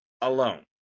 alone